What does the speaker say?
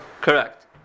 correct